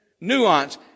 nuance